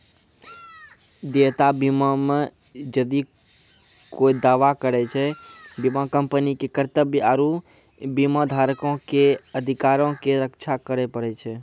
देयता बीमा मे जदि कोय दावा करै छै, बीमा कंपनी के कर्तव्य आरु बीमाधारको के अधिकारो के रक्षा करै पड़ै छै